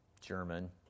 German